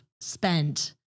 spent